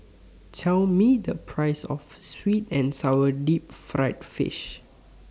Tell Me The Price of Sweet and Sour Deep Fried Fish